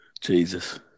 Jesus